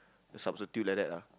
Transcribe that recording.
substitute like that ah